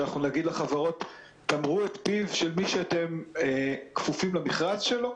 שאנחנו נגיד לחברות: תמרו את פיו של מי שאתם כפופים למכרז שלו?